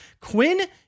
Quinn